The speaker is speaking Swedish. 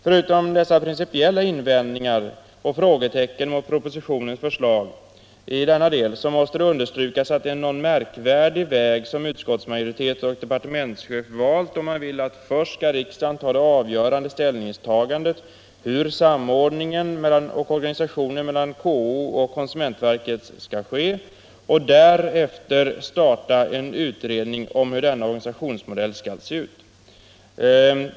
Förutom dessa principiella invändningar och frågetecken när det gäller propositionens förslag i denna del måste det understrykas att det är en något märkvärdig väg som utskottsmajoritet och departementschef valt, då man vill att först skall riksdagen fatta beslut om det avgörande ställningstagandet i fråga om hur samordningen mellan KO och konsument Marknadsförings Marknadsförings verket skall ske och därefter starta en utredning om hurdan denna organisationsmodell skall vara.